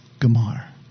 gamar